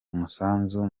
umusanzu